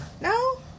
No